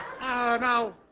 no